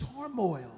turmoil